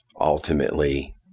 ultimately